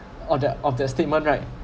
of that of that statement right